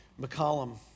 McCollum